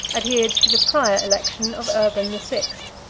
adhered to the prior election of urban the sixth,